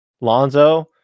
Lonzo